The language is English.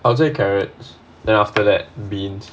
I would say carrots then after that beans